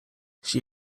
she